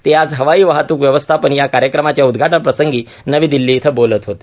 ते आज हवाई वाहतक व्यवस्थापन या कार्यक्रमाच्या उद्घाटनप्रसंगी नवी दिल्ली इथं बोलत होते